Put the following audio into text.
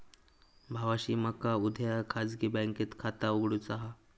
भावाशी मका उद्या खाजगी बँकेत खाता उघडुचा हा